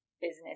business